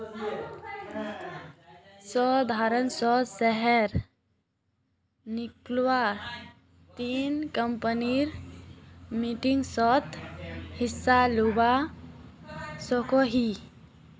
साधारण सा शेयर किनले ती कंपनीर मीटिंगसोत हिस्सा लुआ सकोही